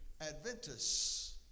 Adventists